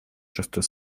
шестой